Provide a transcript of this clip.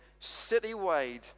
citywide